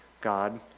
God